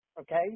okay